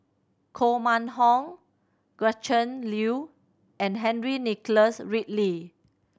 Koh Mun Hong Gretchen Liu and Henry Nicholas Ridley